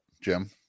Jim